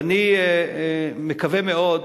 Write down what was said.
ואני מקווה מאוד